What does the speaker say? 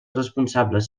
responsables